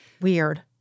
Weird